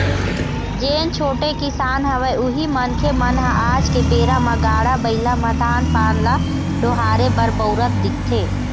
जेन छोटे किसान हवय उही मनखे मन ह आज के बेरा म गाड़ा बइला म धान पान ल डोहारे बर बउरत दिखथे